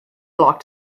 block